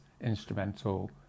instrumental